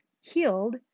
healed